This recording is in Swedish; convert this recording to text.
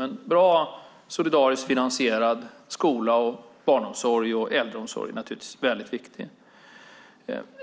En bra, solidariskt finansierad skola, barnomsorg och äldreomsorg är naturligtvis väldigt viktigt.